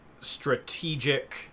strategic